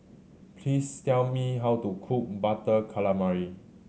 please tell me how to cook Butter Calamari